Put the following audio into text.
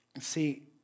See